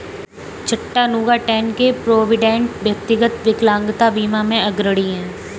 Chattanooga, Tenn के Provident, व्यक्तिगत विकलांगता बीमा में अग्रणी हैं